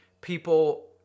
people